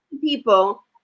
people